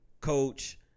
coach